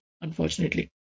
unfortunately